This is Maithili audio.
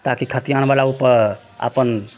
ताकि खतिहानवला ओइपर अपन